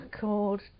called